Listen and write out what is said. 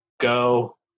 go